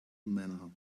manner